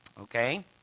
Okay